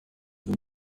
the